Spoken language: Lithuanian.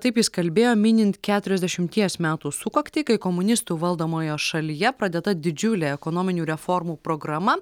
taip jis kalbėjo minint keturiasdešimties metų sukaktį kai komunistų valdomoje šalyje pradėta didžiulė ekonominių reformų programa